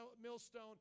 millstone